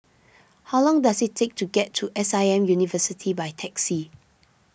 how long does it take to get to S I M University by taxi